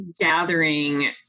gathering